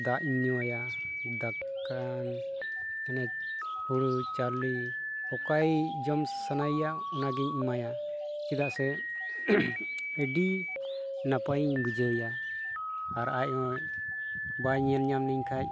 ᱫᱟᱜ ᱤᱧ ᱧᱩᱭᱟ ᱫᱟᱠᱟ ᱢᱟᱱᱮ ᱦᱳᱲᱳ ᱪᱟᱣᱞᱤ ᱚᱠᱟᱭ ᱡᱚᱢ ᱥᱟᱱᱟᱭᱮᱭᱟ ᱚᱱᱟᱜᱤᱧ ᱮᱢᱟᱭᱟ ᱪᱮᱫᱟᱜ ᱥᱮ ᱟᱹᱰᱤ ᱱᱟᱯᱟᱭᱤᱧ ᱵᱩᱡᱷᱟᱹᱣᱟ ᱟᱨ ᱟᱡ ᱵᱟᱭ ᱧᱮᱞ ᱧᱟᱢ ᱞᱤᱧ ᱠᱷᱟᱡ